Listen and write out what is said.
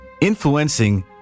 influencing